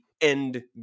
end